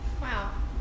Wow